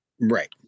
Right